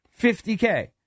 50K